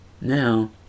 Now